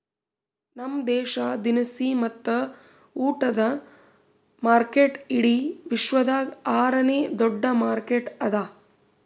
ನಮ್ ದೇಶ ದಿನಸಿ ಮತ್ತ ಉಟ್ಟದ ಮಾರ್ಕೆಟ್ ಇಡಿ ವಿಶ್ವದಾಗ್ ಆರ ನೇ ದೊಡ್ಡ ಮಾರ್ಕೆಟ್ ಅದಾ